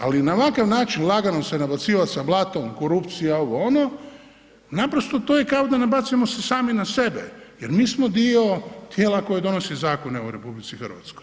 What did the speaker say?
Ali, na ovakav način lagano se nabacivati sa blatom, korupcija, ovo, ono, naprosto, to je kao da nabacujemo se sami na sebe jer mi smo dio tijela koje donosi zakone u RH.